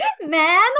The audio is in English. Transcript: man